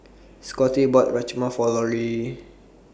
Scotty bought Rajma For Lorie